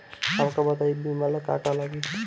हमका बताई बीमा ला का का लागी?